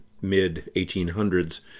mid-1800s